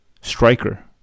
striker